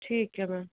ਠੀਕ ਹੈ ਮੈਮ